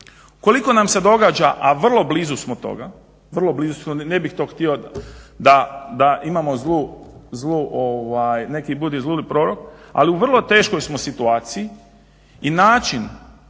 Ukoliko nam se događa, a vrlo blizu smo toga, vrlo blizu ne bih to htio da imamo zlu neki budi zlurad prorok ali u vrlo smo teškoj situaciji i način